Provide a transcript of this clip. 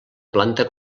planta